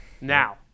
Now